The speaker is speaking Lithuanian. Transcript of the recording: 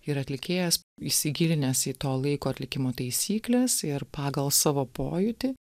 ir atlikėjas įsigilinęs į to laiko atlikimo taisykles ir pagal savo pojūtį